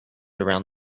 around